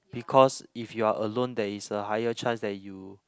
because if you are alone there is a higher chance that you